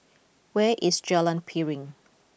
where is Jalan Piring